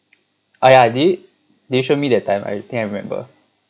I I did it they show me that time I think I remember